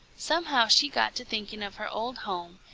somehow she got to thinking of her old home,